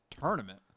tournament